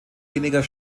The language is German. weniger